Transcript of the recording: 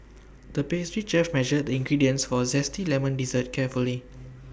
the pastry chef measured the ingredients for A Zesty Lemon Dessert carefully